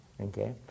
okay